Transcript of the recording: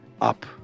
up